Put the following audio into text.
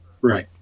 Right